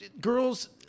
girls